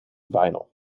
vinyl